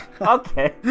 Okay